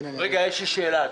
רגע, יש לי שאלה.